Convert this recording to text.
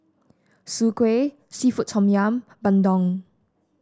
Soon Kway seafood Tom Yum bandung